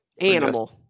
Animal